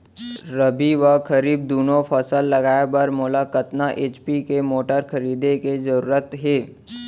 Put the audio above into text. रबि व खरीफ दुनो फसल लगाए बर मोला कतना एच.पी के मोटर खरीदे के जरूरत हे?